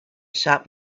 sharp